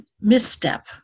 misstep